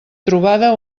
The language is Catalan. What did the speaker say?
trobada